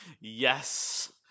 yes